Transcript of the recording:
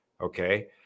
Okay